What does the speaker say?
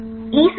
इ C D